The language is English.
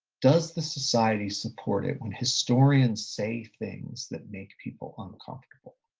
does the society support it when historians say things that make people uncomfortable?